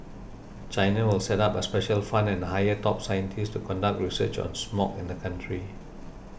China will set up a special fund and hire top scientists to conduct research on smog in the country